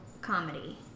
comedy